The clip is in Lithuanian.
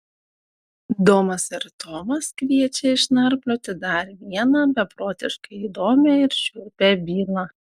domas ir tomas kviečia išnarplioti dar vieną beprotiškai įdomią ir šiurpią bylą